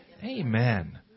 Amen